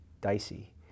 dicey